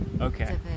Okay